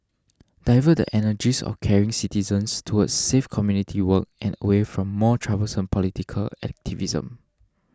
divert the energies of caring citizens towards safe community work and away from more troublesome political activism